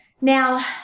now